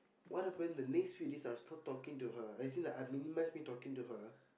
what happened the next few days I stopped talking to her as in like I minimize me talking to her